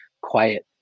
quiet